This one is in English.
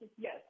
Yes